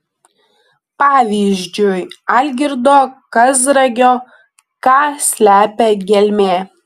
pavyzdžiui algirdo kazragio ką slepia gelmė